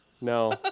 No